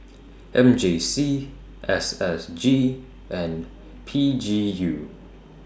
M J C S S G and P G U